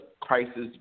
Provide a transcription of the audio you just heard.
crisis